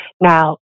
Now